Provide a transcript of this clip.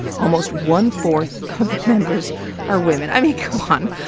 almost one fourth of the members are women. i mean, come on,